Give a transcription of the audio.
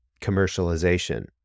commercialization